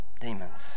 demons